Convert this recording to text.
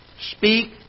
Speak